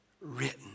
written